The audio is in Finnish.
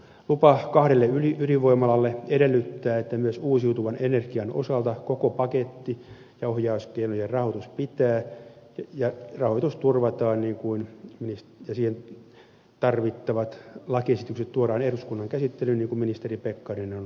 lupa kahdelle ydinvoimalle edellyttää että myös uusiutuvan energian osalta koko paketti ja ohjauskeinojen rahoitus pitää ja rahoitus turvataan ja siihen tarvittavat lakiesitykset tuodaan eduskunnan käsittelyyn niin kuin ministeri pekkarinen on täällä luvannut